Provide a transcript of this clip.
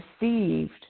received